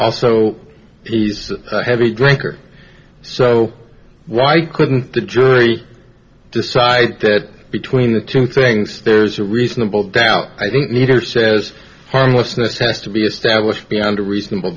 also he's a heavy drinker so why couldn't the jury decide that between the two things there's a reasonable doubt i think neither says harmlessness has to be established beyond a reasonable